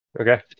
Okay